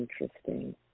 interesting